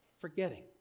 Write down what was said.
forgetting